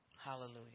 Hallelujah